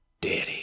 Daddy